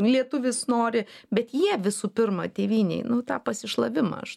lietuvis nori bet jie visų pirma tėvynei nu tą pasišlavimą aš